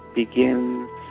begins